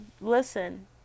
listen